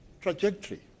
trajectory